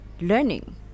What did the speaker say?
learning